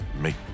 make